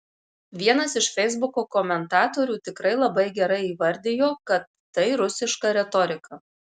vienas iš feisbuko komentatorių tikrai labai gerai įvardijo kad tai rusiška retorika